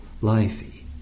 life